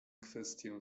kwestię